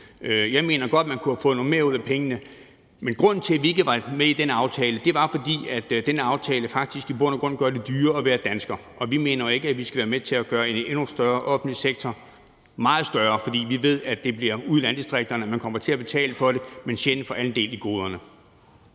Jeg mener, at man godt kunne have fået noget mere ud af pengene. Men grunden til, at vi ikke var med i den aftale, var, at den aftale rent faktisk i bund og grund gør det dyrere at være dansker, og vi mener ikke, at vi skal være med til at gøre en stor offentlig sektor meget større, for vi ved, at det bliver ude i landdistrikterne, man kommer til at betale for det, mens man sjældent får andel i goderne.